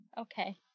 Okay